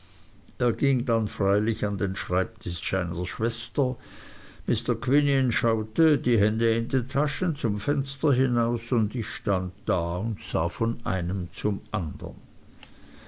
er ging dann feierlich an den schreibtisch seiner schwester mr quinion schaute die hände in den taschen zum fenster hinaus und ich stand da und sah von einem zum andern